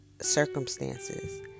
circumstances